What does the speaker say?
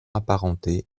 apparenté